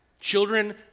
children